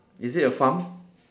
is it a farm